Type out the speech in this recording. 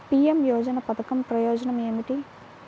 PM Yojana పధకం ప్రయోజనం ఏమితి?